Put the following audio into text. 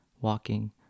walking